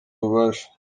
bubasha